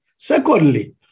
Secondly